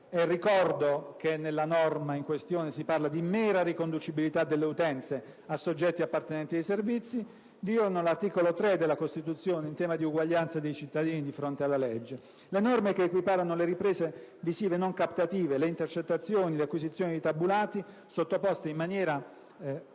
(ricordo che nella norma in questione si parla di mera riconducibilità delle utenze a soggetti appartenenti ai servizi) vìola l'articolo 3 della Costituzione, in tema di uguaglianza dei cittadini di fronte alla legge. Le norme che equiparano le riprese visive non captative, le intercettazioni e le acquisizioni di tabulati, sottoposte in maniera